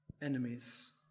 Enemies